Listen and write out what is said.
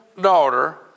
daughter